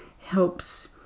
helps